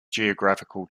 geographical